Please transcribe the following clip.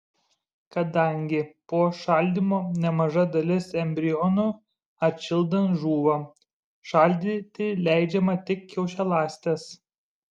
kadangi po šaldymo nemaža dalis embrionų atšildant žūva šaldyti leidžiama tik kiaušialąstes